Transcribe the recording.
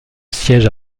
siège